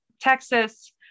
Texas